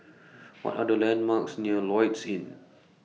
What Are The landmarks near Lloyds Inn